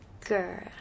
girl